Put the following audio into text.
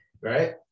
right